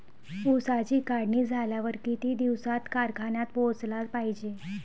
ऊसाची काढणी झाल्यावर किती दिवसात कारखान्यात पोहोचला पायजे?